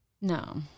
no